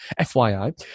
FYI